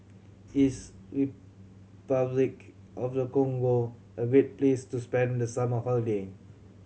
is Repuclic of the Congo a great place to spend the summer holiday